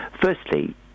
Firstly